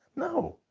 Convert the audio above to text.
no!